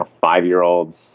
five-year-olds